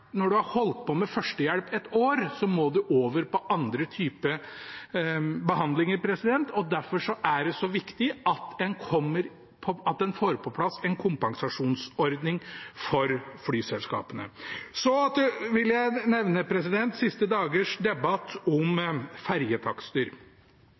når en har holdt på med førstehjelp i et år, må en over på andre typer behandlinger. Derfor er det så viktig at en får på plass en kompensasjonsordning for flyselskapene. Så vil jeg nevne de siste dagers debatt